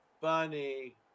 Funny